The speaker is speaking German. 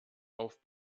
auf